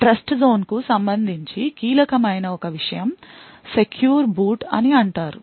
ట్రస్ట్జోన్కు సంబంధించి కీలకమైన ఒక విషయం సెక్యూర్ బూట్ అని అంటారు